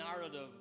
narrative